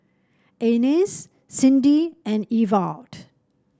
Ines Cindi and Ewald